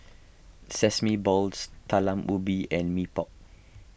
Sesame Balls Talam Ubi and Mee Pok